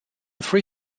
free